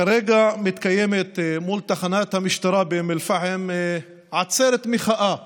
כרגע מתקיימת מול תחנת המשטרה באום אל-פחם עצרת מחאה